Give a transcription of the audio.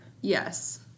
Yes